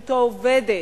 להתיישבות העובדת,